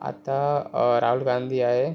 आता राहुल गांदी आहे